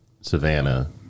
Savannah